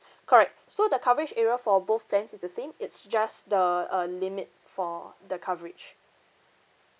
correct so the coverage area for both plan is the same it's just the uh limit for the coverage